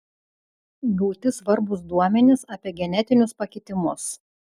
gauti svarbūs duomenys apie genetinius pakitimus